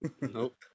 Nope